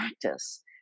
practice